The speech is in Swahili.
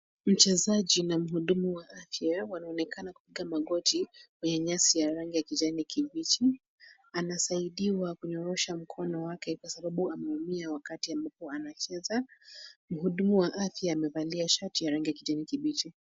Mchezaji na mhudumu wa afya wanaonekana kupiga magoti, kwenye nyasi ya rangi ya kijani kibichi. Anasaidiwa kunyorosha mkono wake kwa sababu ameumia wakati ambapo anacheza. Mhudumu wa afya amevalia shati ya rangi ya kijani kibichi.